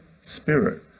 spirit